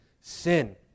Sin